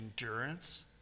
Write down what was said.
endurance